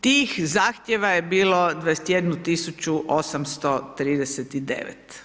Tih zahtjeva je bilo 21839.